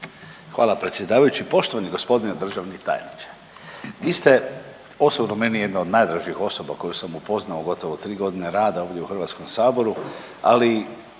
Hvala predsjedavajući, poštovani g. državni tajniče. Vi ste osobno meni jedna od najdražih osoba koju sam upoznao u gotovo 3 godine rada ovdje u HS-u, ali